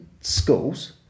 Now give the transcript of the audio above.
schools